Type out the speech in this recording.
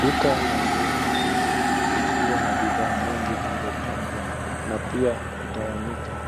Duka la nguo likiwa na bidhaa nyingi zilizopangwa, na pia kutawanyika.